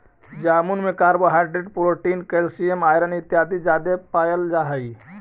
जामुन में carbohydrate protein calcium iron इत्यादि जादे पायल जा हई